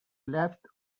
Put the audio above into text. left